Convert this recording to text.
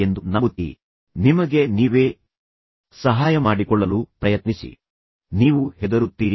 ತದನಂತರ ನೀವು ಉದ್ಯೋಗದಲ್ಲಿನ ಸಮಸ್ಯೆಗಳನ್ನು ಏಕೆ ಹಂಚಿಕೊಳ್ಳುವುದಿಲ್ಲ ಎಂಬಂತಹ ಪ್ರಶ್ನೆಗಳನ್ನು ಸಹ ಕೇಳಿರಿ